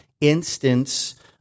instance